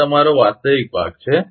આ તમારો વાસ્તવિક ભાગ છે